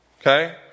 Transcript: Okay